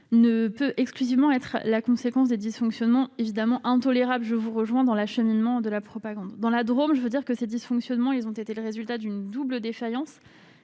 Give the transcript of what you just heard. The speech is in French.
ne peut exclusivement être la conséquence des dysfonctionnements- intolérables, je vous rejoins -dans l'acheminement de la propagande. Dans la Drôme, ces dysfonctionnements ont été le résultat d'une double défaillance